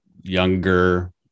younger